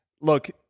Look